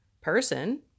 person